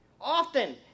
Often